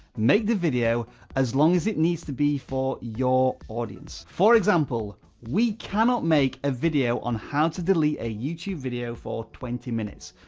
make the video as long as it needs to be for your audience. for example, we cannot make a video on how to delete a youtube video for twenty minutes.